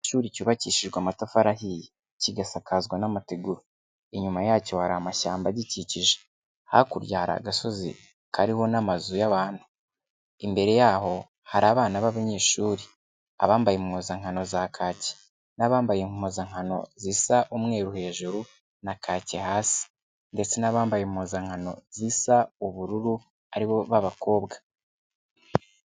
Igihuri cyubakishijwe amatafari ahiye kigasakazwa n'amategura, inyuma yacyo hari amashyamba agikikije, hakurya hari agasozi kariho n'amazu y'abantu, imbere yaho hari abana b'abanyeshuri abambaye impuzankano za kaki n'abambaye impuzankano zisa umweru hejuru na kake hasi ndetse n'abambaye impuzankano zisa ubururu ari bo b bakobwa.